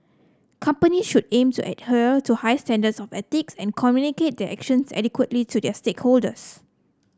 companies should aim to adhere to high standards of ethics and communicate their actions adequately to their stakeholders